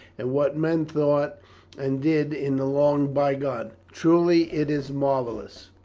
and what men thought and did in the long bygone. truly it is marvellous.